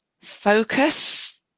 focus